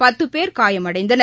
பத்து பேர் காயமடைந்தனர்